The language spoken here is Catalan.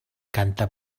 canta